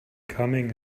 coming